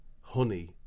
honey